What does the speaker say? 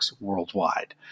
worldwide